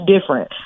different